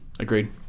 Agreed